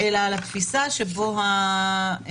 אלא על התפיסה שבה הממשלה,